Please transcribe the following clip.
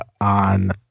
on